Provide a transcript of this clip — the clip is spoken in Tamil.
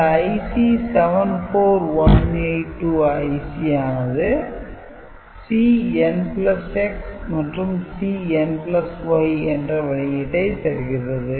இந்த IC 74182 IC ஆனது Cnx மற்றும் Cny என்ற வெளியீட்டை தருகிறது